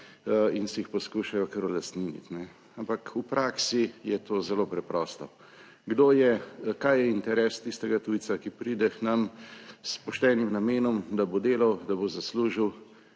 in si jih poskušajo kar olastniniti, ampak v praksi je to zelo preprosto. Kaj je interes tistega tujca, ki pride k nam s poštenim namenom, da bo delal, da bo zaslužil?